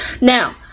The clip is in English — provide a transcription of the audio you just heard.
Now